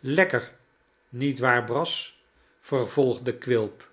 lekker niet waar brass vervolgde quilp